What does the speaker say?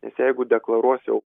nes jeigu deklaruos jau